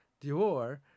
Dior